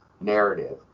narrative